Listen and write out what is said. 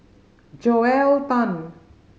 Joel Tan